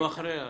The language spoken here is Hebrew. אנחנו אחרי זה,